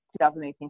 2018